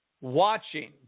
watching